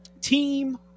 team